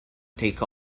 take